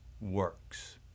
works